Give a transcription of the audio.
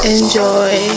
Enjoy